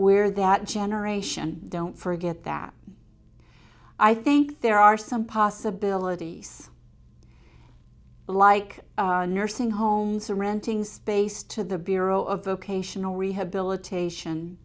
where that generation don't forget that i think there are some possibilities like nursing homes or renting space to the bureau of vocational rehabilitation